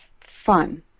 fun